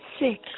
six